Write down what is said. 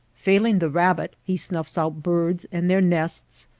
failing the rabbit he snuffs out birds and their nests,